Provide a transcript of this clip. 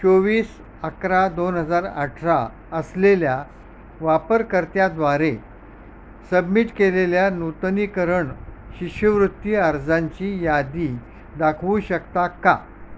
चोवीस अकरा दोन हजार अठरा असलेल्या वापरकर्त्याद्वारे सबमिट केलेल्या नूतनीकरण शिष्यवृत्ती अर्जांची यादी दाखवू शकता का